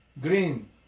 Green